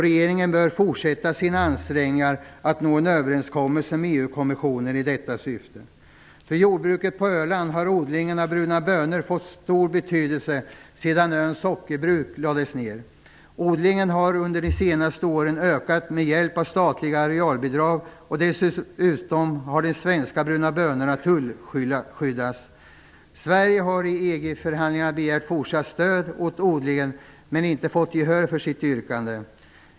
Regeringen bör fortsätta sina ansträngningar att nå en överenskommelse med EU-kommissionen i detta syfte. För jordbruket på Öland har odlingen av bruna bönor fått stor betydelse sedan öns sockerbruk lades ner. Odlingen har under de senaste åren ökat med hjälp av statliga arealbidrag, och dessutom har de svenska bruna bönorna tullskyddats. Sverige har i EG förhandlingarna begärt fortsatt stöd åt odlingen men inte fått gehör för sitt yrkande.